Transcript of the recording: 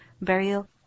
burial